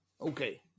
Okay